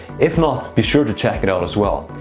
if not, be sure to check it out as well.